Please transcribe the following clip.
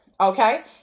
Okay